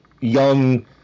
young